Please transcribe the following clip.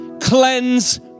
cleanse